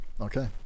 Okay